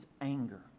anger